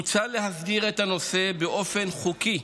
מוצע להסדיר את הנושא באופן חוקי,